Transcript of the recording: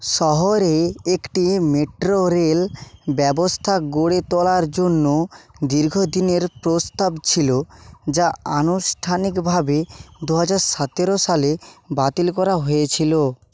শহরে একটি metro rail ব্যবস্থা গড়ে তোলার জন্য দীর্ঘ দিনের প্রস্তাব ছিল যা আনুষ্ঠানিকভাবে দু হাজার সতের সালে বাতিল করা হয়েছিল